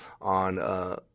on